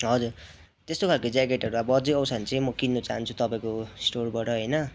हजुर त्यस्तो खालको ज्याकेटहरू अब अझै आउँछ भने चाहिँ म किन्न चहान्छु तपाईँको स्टोरबाट होइन